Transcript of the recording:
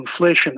inflation